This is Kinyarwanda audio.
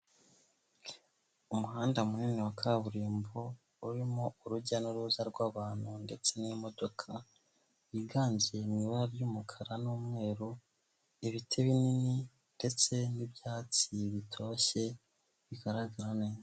Umuhanda munini wa kaburimbo urimo urujya n'uruza rw'abantu ndetse n'imodoka yiganje mu ibara ry'umukara n'umweru ibiti binini ndetse n'ibyatsi bitoshye bigaragara neza .